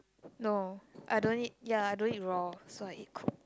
no I don't eat ya I don't eat raw so I eat cooked